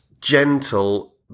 gentle